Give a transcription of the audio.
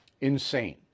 Insane